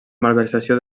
malversació